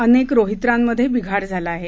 अनेक रोहित्रांमध्ये बिघाड झाला आहे